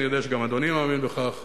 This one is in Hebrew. אני יודע שגם אדוני מאמין בכך.